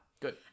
Good